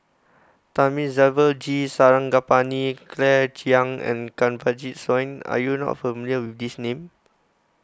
Thamizhavel G Sarangapani Claire Chiang and Kanwaljit Soin are you not familiar with these names